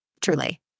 truly